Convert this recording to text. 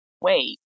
wait